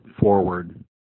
forward